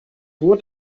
what